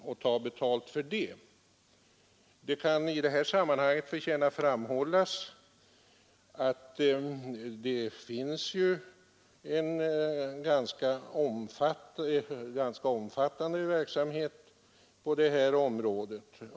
Det kan förtjäna att framhållas i det här sammanhanget att det bedrivs en ganska omfattande upplagsverksamhet, som ger inkomster.